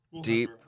Deep